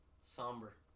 Somber